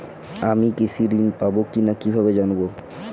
আমি কৃষি ঋণ পাবো কি না কিভাবে জানবো?